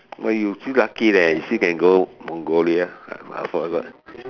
oh you still lucky leh you still can go Mongolia